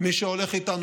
מי שהולך איתנו,